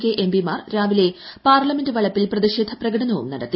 K എംപിമാർ രാവിലെ parliament വളപ്പിൽ പ്രതിഷേധ പ്രകടനവും നടത്തി